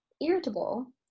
irritable